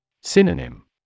Synonym